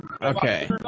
Okay